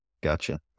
Gotcha